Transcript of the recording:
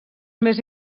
més